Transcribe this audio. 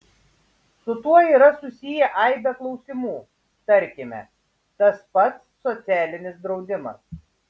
su tuo yra susiję aibė klausimų tarkime tas pats socialinis draudimas